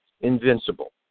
invincible